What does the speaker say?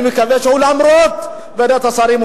אני מקווה שלמרות ועדת השרים,